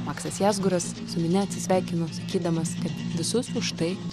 maksas jasguras su minia atsisveikino sakydamas kad visus už tai